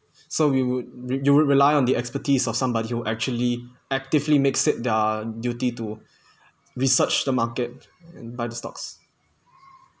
so we would you would rely on the expertise of somebody who actually actively makes it their duty to research the market and buy the stocks